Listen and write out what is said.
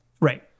Right